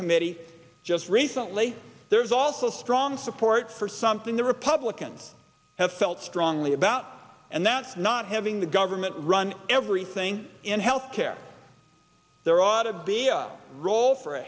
committee just recently there's also strong support for something the republicans have felt strongly about and that's not having the government run everything in health care there ought to be a role for